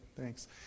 thanks